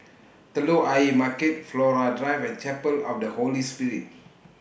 Telok Ayer Market Flora Drive and Chapel of The Holy Spirit